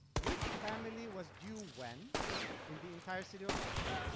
which family was do when in the entire city of aintab